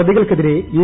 പ്രതികൾക്കെതിരെ യു